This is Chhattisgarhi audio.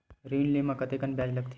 ऋण ले म कतेकन ब्याज लगथे?